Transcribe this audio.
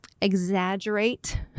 exaggerate